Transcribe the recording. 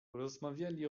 rozmawiali